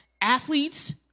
Athletes